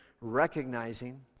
recognizing